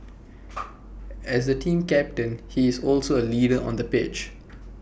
as the team captain he is also A leader on the pitch